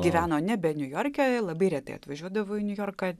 gyveno nebe niujorke labai retai atvažiuodavo į niujorką